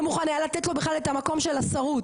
לא מוכן היה לתת לו בכלל את המקום של השרות,